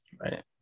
right